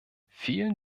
vielen